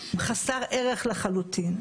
חסר ערך לחלוטין.